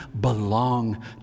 belong